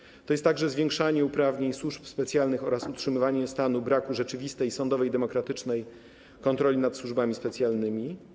Wśród tych zmian są także zwiększanie uprawnień służb specjalnych oraz utrzymywanie stanu braku rzeczywistej sądowej i demokratycznej kontroli nad służbami specjalnymi.